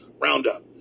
Roundup